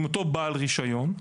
עם אותו בעל רישיון.